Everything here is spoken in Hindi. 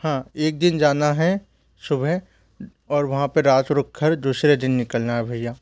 हाँ एक दिन जाना है सुबह और वहाँ पर रात रुक कर दूसरे दिन निकालना है भैया जी